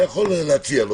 אתה יכול להציע לו.